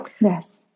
Yes